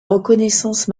reconnaissance